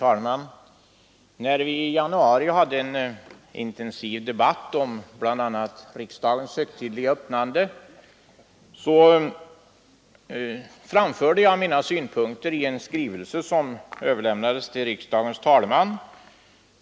Herr talman! I januari i år förde vi en intensiv debatt om riksdagens högtidliga öppnande, och då framförde jag mina synpunkter i en skrivelse som överlämnades till riksdagens talman.